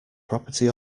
property